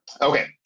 okay